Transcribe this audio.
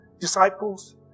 disciples